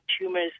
tumors